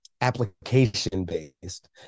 application-based